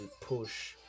push